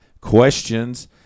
questions